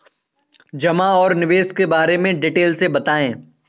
जमा और निवेश के बारे में डिटेल से बताएँ?